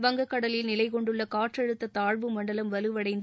வங்கக்கடலில் நிலை கொண்டுள்ள காற்றழுத்த தாழ்வுமண்டலம் வலுவடைந்து